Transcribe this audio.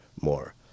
more